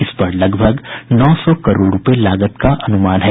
इस पर लगभग नौ सौ करोड़ रूपये लागत का अनुमान है